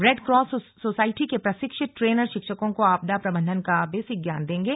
Red Cross society के प्रशिक्षित trainer शिक्षकों को आपदा प्रबंधन का बेसिक ज्ञान देंगे